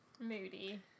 Moody